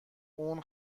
اون